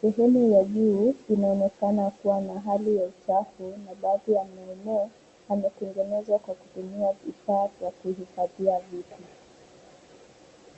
Sehemu ya juu inaonekana kuwa na hali ya uchafu na baadhi ya maeneo yametengenezwa kwa kutumia vifaa vya kuhifadhia vitu.